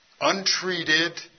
untreated